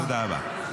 תודה רבה.